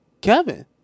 Kevin